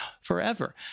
forever